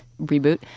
reboot